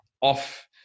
off